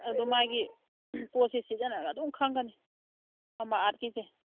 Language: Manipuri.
ꯑꯗꯨ ꯃꯥꯒꯤ ꯄꯣꯠꯁꯦ ꯁꯤꯖꯤꯟꯅꯔ ꯑꯗꯨꯝ ꯈꯪꯒꯅꯤ ꯃꯃꯥ ꯑꯥꯔꯠꯀꯤꯁꯦ